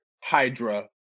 Hydra